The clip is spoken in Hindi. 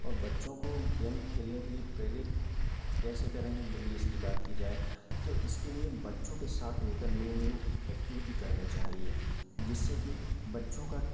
और बच्चों को गेम खेलने के लिए प्रेरित कैसे करें यदि इसकी बात की जाए तो इसके लिए बच्चों के साथ मिल कर न्यू न्यू एक्टिविटी करनी चाहिए जिससे कि बच्चों का